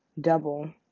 double